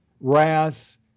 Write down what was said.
wrath